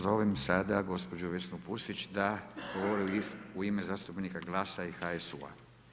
Zovem sada gospođu Vesnu Pusić, da govori u ime zastupnika GLAS-a i HSU-a.